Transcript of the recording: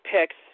picks